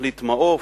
תוכנית מעו"ף,